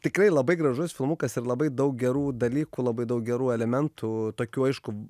tikrai labai gražus filmukas ir labai daug gerų dalykų labai daug gerų elementų tokių aišku